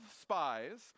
spies